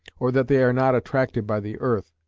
or that they are not attracted by the earth.